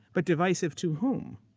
but divisive to whom?